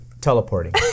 teleporting